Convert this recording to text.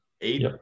eight